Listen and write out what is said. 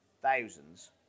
thousands